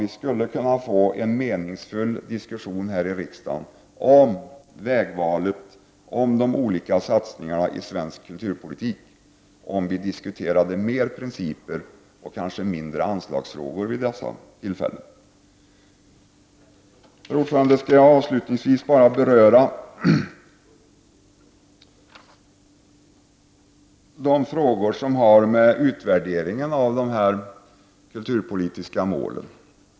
Vi skulle kunna få en meningsfull diskussion här i riksdagen om vägvalet och om de olika satsningarna i svensk kulturpolitik om vi diskuterade mera principer och kanske mindre anslagsfrågor vid dessa tillfällen. Herr talman! Jag skall avslutningsvis beröra de frågor som har att göra med utvärderingen av de kulturpolitiska målen.